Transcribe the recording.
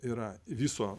yra viso